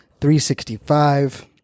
365